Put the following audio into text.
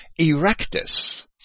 Erectus